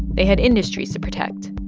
they had industries to protect.